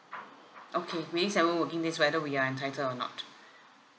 okay within seven working days whether we are entitled or not